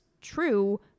true